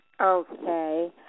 Okay